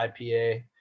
IPA